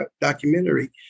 documentary